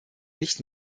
nicht